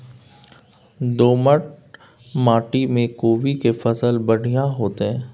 दोमट माटी में कोबी के फसल बढ़ीया होतय?